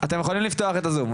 אתם יכולים לפתוח את הזום.